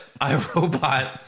iRobot